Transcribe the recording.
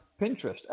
Pinterest